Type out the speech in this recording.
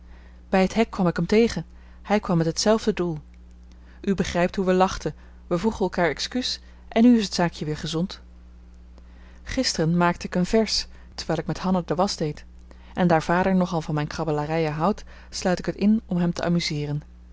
bij het hek kwam ik hem tegen hij kwam met hetzelfde doel u begrijpt hoe wij lachten we vroegen elkaar excuus en nu is het zaakje weer gezond gisteren maakte ik een vèrs terwijl ik met hanna de wasch deed en daar vader nogal van mijn krabbelarijen houdt sluit ik het in om hem te amuseeren